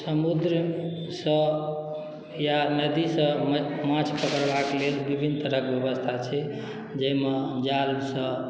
समुद्रसँ या नदीसँ माछ पकड़बाक लेल विभिन्न तरहक व्यवस्था छै जाहिमे जालसँ